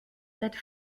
tête